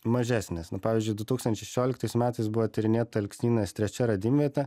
mažesnės nu pavyzdžiui du tūkstančiai šešioliktais metais buvo tyrinėta alksnynės trečia radimvietė